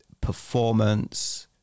performance